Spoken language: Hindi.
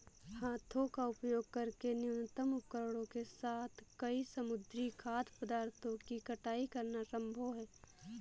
हाथों का उपयोग करके न्यूनतम उपकरणों के साथ कई समुद्री खाद्य पदार्थों की कटाई करना संभव है